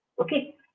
Okay